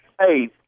Hey